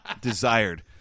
Desired